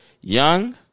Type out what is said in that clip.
young